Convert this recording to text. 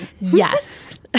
Yes